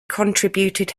contributed